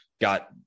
got